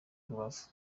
rubavu